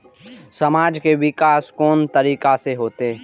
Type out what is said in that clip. समाज के विकास कोन तरीका से होते?